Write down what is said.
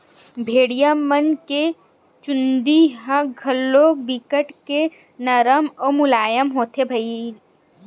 भेड़िया मन के चूदी ह घलोक बिकट के नरम अउ मुलायम होथे भईर